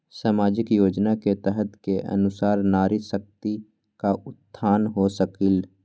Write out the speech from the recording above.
सामाजिक योजना के तहत के अनुशार नारी शकति का उत्थान हो सकील?